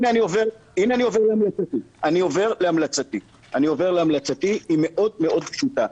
הנה אני עובר להמלצתי, היא מאוד מאוד פשוטה.